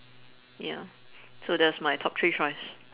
ya so that's my top three choice